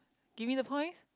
give me the points